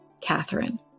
Catherine